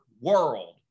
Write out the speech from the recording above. world